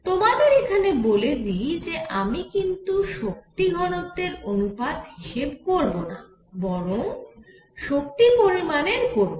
তোমাদের এখানে বলে দিই যে আমি কিন্তু শক্তি ঘনত্বের অনুপাত হিসেব করবনা বরং শক্তি পরিমাণের করব